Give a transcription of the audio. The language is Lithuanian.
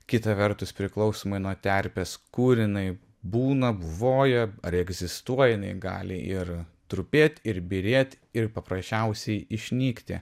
kita vertus priklausomai nuo terpės kur jinai būna buvoja ar egzistuoja jinai gali ir trupėt ir byrėt ir paprasčiausiai išnykti